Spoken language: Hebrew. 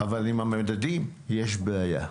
אבל עם המדדים יש בעיה,